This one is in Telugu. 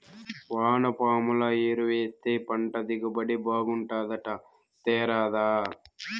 వానపాముల ఎరువేస్తే పంట దిగుబడి బాగుంటాదట తేరాదా